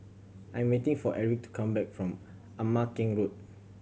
I'm meeting for Erik to come back from Ama Keng Road